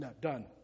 done